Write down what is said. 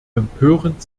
empörend